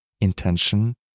intention